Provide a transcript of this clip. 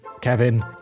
Kevin